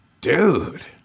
dude